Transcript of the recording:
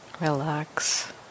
relax